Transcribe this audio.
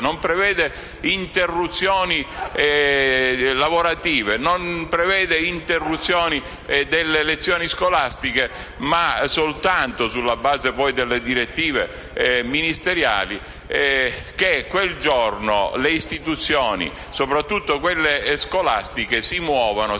non prevede feste, interruzioni lavorative o interruzioni delle lezioni scolastiche; prevede soltanto che, sulla base delle direttive ministeriali, quel giorno le istituzioni, soprattutto quelle scolastiche, si muovano